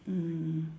mm